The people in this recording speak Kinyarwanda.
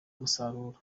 umusaruro